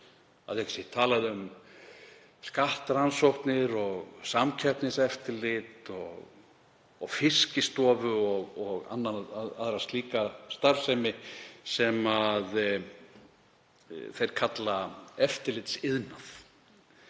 að ekki sé talað um skattrannsóknir og samkeppniseftirlit og Fiskistofu og aðra slíka starfsemi, sem þeir kalla eftirlitsiðnað